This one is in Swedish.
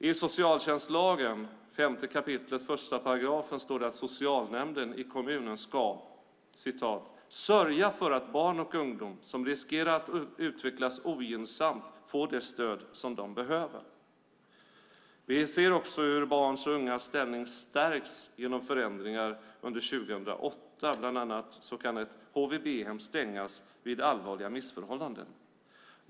I socialtjänstlagens 5 kap. 1 § står det att socialnämnden i kommunen ska "sörja för att barn och ungdom som riskerar att utvecklas ogynnsamt får det stöd som de behöver". Vi ser också hur barns och ungas ställning stärks genom förändringar under 2008. Bland annat kan ett HVB-hem stängas vid allvarliga missförhållanden.